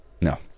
No